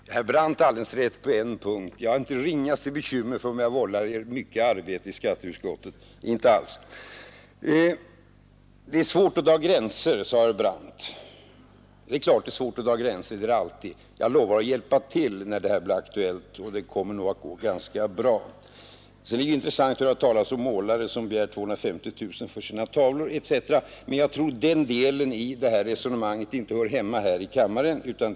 Fru talman! Herr Brandt har alldeles rätt på en punkt. Jag har inte det ringaste bekymmer för om jag vållar er mycket arbete i skatteutskottet, inte alls! Det är svårt att dra gränser, sade herr Brandt. Det är klart att det är svårt att dra gränser, det är det alltid. Jag lovar att hjälpa till när det blir aktuellt, och det kommer nog att gå ganska bra. Sedan är det intressant att höra talas om målare som begär 250 000 för sina tavlor etc., men jag tror att den delen av resonemanget inte hör hemma här i kammaren.